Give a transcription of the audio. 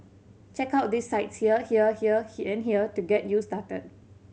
check out these sites here here here and here to get you started